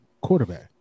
quarterback